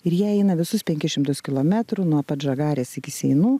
ir jei eina visus penkis šimtus kilometrų nuo žagarės iki seinų